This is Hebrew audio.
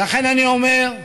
ולכן, אני אומר: